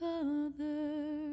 Father